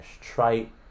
trite